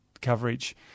coverage